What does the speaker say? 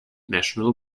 national